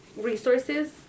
resources